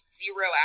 zero